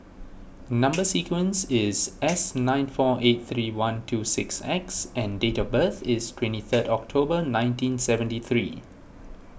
Number Sequence is S nine four eight three one two six X and date of birth is twenty third October nineteen seventy three